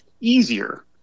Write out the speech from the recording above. easier